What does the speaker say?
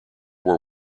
war